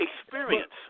experience